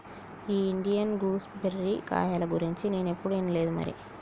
ఈ Indian gooseberry కాయల గురించి నేనేప్పుడు ఇనలేదు మరి